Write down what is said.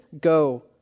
Go